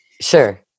Sure